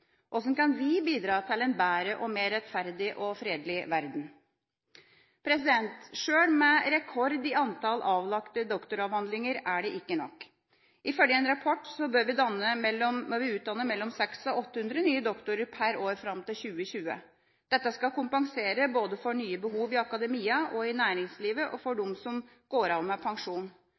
kan vi bidra til en bedre, mer rettferdig og fredelig verden? Sjøl en rekord i antall avlagte doktoravhandlinger er ikke nok. Ifølge en rapport bør vi utdanne mellom 600–800 nye doktorer per år fram til 2020. Dette skal kompensere både for nye behov i akademia, i næringslivet og for dem som går av med pensjon.